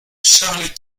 charles